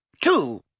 two